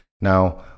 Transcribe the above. Now